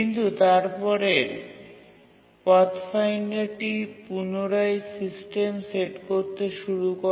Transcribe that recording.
কিন্তু তারপরেই পাথফাইন্ডারটি পুনরায় সিস্টেম সেট করতে শুরু করে